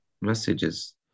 messages